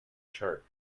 chart